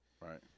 Right